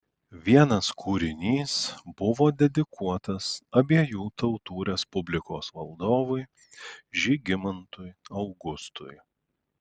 vienas kūrinys buvo dedikuotas abiejų tautų respublikos valdovui žygimantui augustui